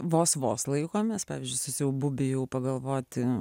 vos vos laikomės pavyzdžiui su siaubu bijau pagalvoti